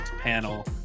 panel